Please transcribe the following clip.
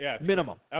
Minimum